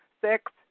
six